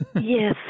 Yes